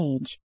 age